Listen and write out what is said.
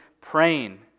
praying